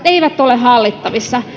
eivät ole hallittavissa